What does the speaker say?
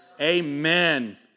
Amen